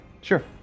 Sure